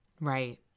right